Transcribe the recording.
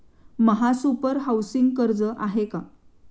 महासुपर हाउसिंग कर्ज आहे का?